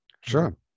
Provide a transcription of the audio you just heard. sure